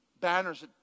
banners